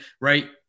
right